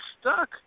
stuck